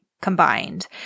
combined